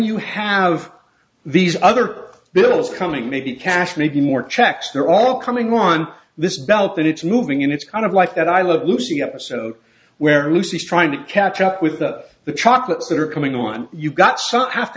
you have these other bills coming maybe cash maybe more checks they're all coming on this belt that it's moving in it's kind of life that i love lucy episode where lucy is trying to catch up with the the chocolates that are coming on you've got some have to